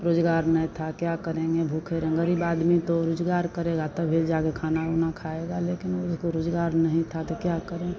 रोज़गार नहीं था क्या करेंगे भूखे रहेंगे गहरीब आदमी तो रोज़गार करेगा तभी जाकर खाना ऊना खाएगा लेकिन उसको रोज़गार नहीं था तो क्या करें